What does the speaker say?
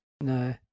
No